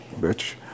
Bitch